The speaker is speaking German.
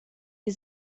die